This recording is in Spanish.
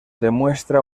demuestra